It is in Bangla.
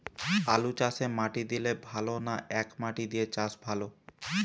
আলুচাষে মাটি দিলে ভালো না একমাটি দিয়ে চাষ ভালো?